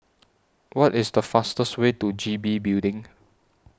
What IS The fastest Way to G B Building